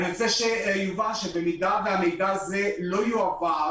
אני רוצה שיובהר שבמידה והמידע הזה לא יועבר,